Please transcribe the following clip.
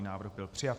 Návrh byl přijat.